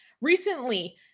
Recently